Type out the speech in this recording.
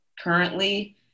currently